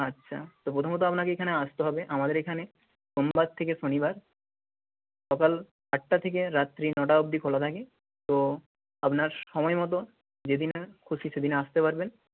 আচ্ছা তো প্রথমত আপনাকে এইখানে আসতে হবে আমাদের এখানে সোমবার থেকে শনিবার সকাল আটটা থেকে রাত্রি নটা অবধি খোলা থাকে তো আপনার সময়মতো যেদিনে খুশি সেদিনে আসতে পারবেন